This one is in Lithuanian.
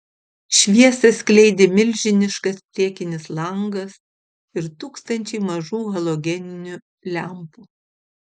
šviesą skleidė milžiniškas priekinis langas ir tūkstančiai mažų halogeninių lempų